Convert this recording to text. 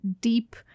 deep